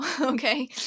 okay